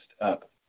up